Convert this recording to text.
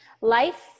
life